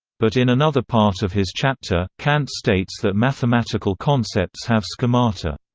but in another part of his chapter, kant states that mathematical concepts have schemata.